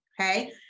okay